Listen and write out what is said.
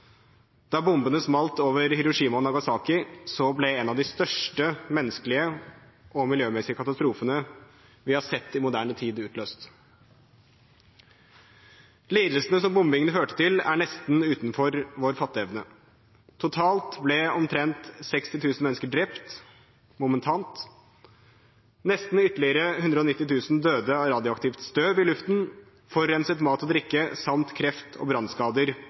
Da bombene smalt over Hiroshima og Nagasaki, ble en av de største menneskelige og miljømessige katastrofene vi har sett i moderne tid, utløst. Lidelsene som bombingen førte til, er nesten utenfor vår fatteevne. Totalt ble omtrent 60 000 mennesker drept momentant. Nesten ytterligere 190 000 døde av radioaktivt støv i luften, forurenset mat og drikke samt kreft og brannskader